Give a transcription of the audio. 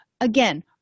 again